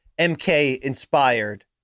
MK-inspired